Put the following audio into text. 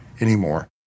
anymore